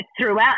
throughout